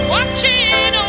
Watching